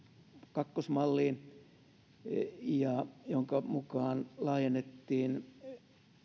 kakkosmalliin jonka mukaan laajennettiin